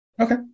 Okay